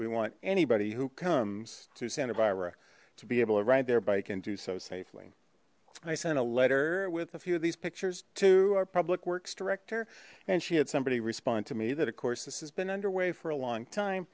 we want anybody who comes to santa barbara to be able to ride their bike and do so safely i sent a letter with a few of these pictures to our public works director and she had somebody respond to me that of course this has been underway for a long time